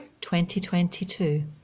2022